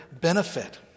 benefit